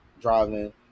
driving